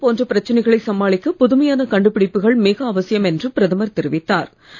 corona போன்ற பிரச்சனைகளை சமாளிக்க புதுமையான கண்டுபிடிப்புகள் மிக அவசியம் என்று பிரதமர் தெரிவித்தார்